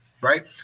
right